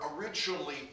originally